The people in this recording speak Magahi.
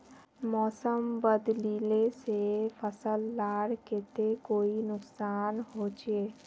मौसम बदलिले से फसल लार केते कोई नुकसान होचए?